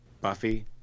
Buffy